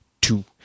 two